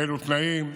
באילו תנאים,